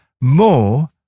more